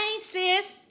sis